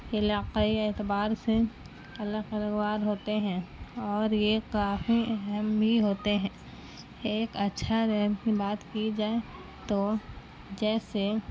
علاقائی اعتبار سے ہوتے ہیں اور یہ کافی اہم بھی ہوتے ہیں ایک اچھا کی بات کی جائے تو جیسے